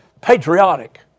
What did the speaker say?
patriotic